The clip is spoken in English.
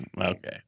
Okay